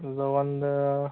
ಇಲ್ಲ ಒಂದು